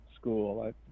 school